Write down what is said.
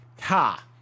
Ha